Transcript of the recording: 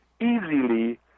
easily